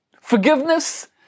forgiveness